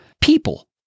people